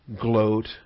Gloat